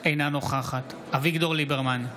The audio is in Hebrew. אינה נוכחת אביגדור ליברמן,